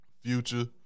Future